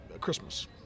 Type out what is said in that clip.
christmas